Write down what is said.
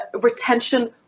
retention